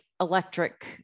electric